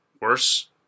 worse